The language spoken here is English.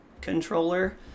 controller